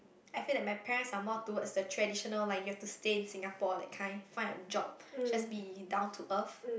I feel like my parents are more towards the traditional like you have to stay Singapore that kind find a job just be in down to earth